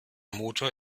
motor